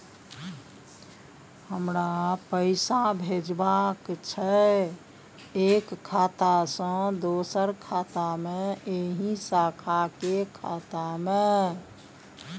हमरा पैसा भेजबाक छै एक खाता से दोसर खाता मे एहि शाखा के खाता मे?